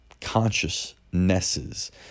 consciousnesses